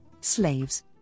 slaves